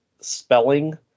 spelling